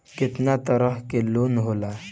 केतना तरह के लोन होला?